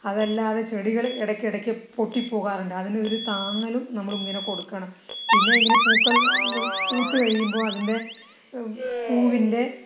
അതല്ലാതെ ചെടികൾ ഇടയ്ക്കിടയ്ക്ക് പൊട്ടിപ്പോകാറുണ്ട് അതിന് ഒരു താങ്ങലും നമ്മളിങ്ങനെ കൊടുക്കണം പിന്നെ ഇങ്ങനെ പൂക്കൾ പൂത്ത് കഴിയുമ്പോൾ അതിന്റെ പൂവിന്റെ